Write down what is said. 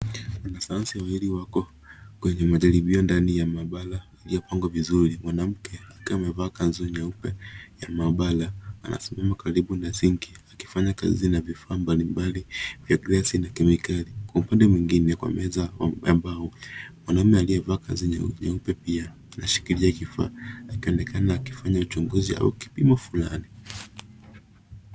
Wanasayansi wawili wako kwenye majaribio ndani ya maabara iliyopangwa vizuri. Mwanamke akiwa amevaa kanzu nyeupe ya maabara anasimama karibu na sinki akifanya kazi na vifaa mbalimbali vya glasi na kemikali. Kwa upande mwingine kwa meza ya mbao, mwanaume aliyevaa kanzu nyeupe pia anashikilia kifaa akionekana akifanya uchunguzi au kipimo fulani.